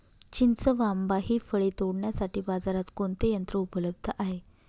चिंच व आंबा हि फळे तोडण्यासाठी बाजारात कोणते यंत्र उपलब्ध आहे?